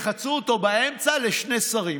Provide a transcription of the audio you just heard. וחצו אותו באמצע לשני שרים.